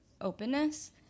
openness